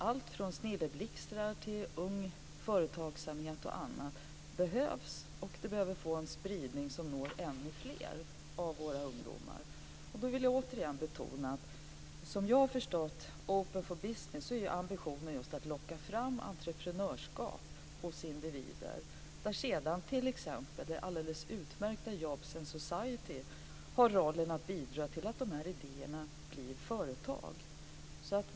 Allt från Snilleblixtarna till Ung Företagsamhet och annat behövs alltså. Det behöver också få en spridning så att det når ännu fler av våra ungdomar. Jag vill återigen betona att som jag har förstått Open for Business så är ambitionen just att locka fram entreprenörskap hos individer där sedan t.ex. det alldeles utmärkta Jobs and Society har rollen att bidra till att de här idéerna blir företag.